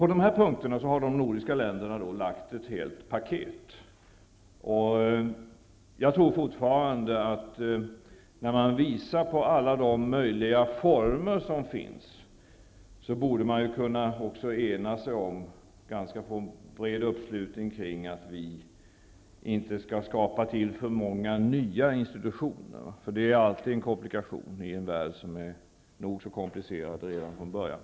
På dessa punkter har de nordiska länderna lagt fram ett helt paket. Jag tror fortfarande, att när man visar på alla de möjliga former som finns, borde man kunna ena sig om och få en bred uppslutning kring att vi inte skall tillskapa för många nya institutioner. Det är alltid ytterligare en komplikation i en värld som är nog så komplicerad redan från början.